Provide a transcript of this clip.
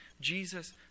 Jesus